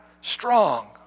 strong